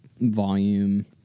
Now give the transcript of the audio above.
volume